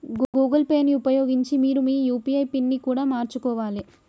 Google Pay ని ఉపయోగించి మీరు మీ యూ.పీ.ఐ పిన్ని కూడా మార్చుకోవాలే